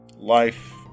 Life